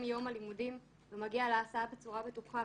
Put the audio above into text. מיום הלימודים ומגיע להסעה בצורה בטוחה,